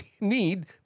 need